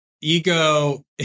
ego